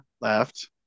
left